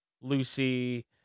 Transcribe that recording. Lucy